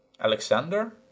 Alexander